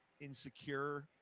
insecure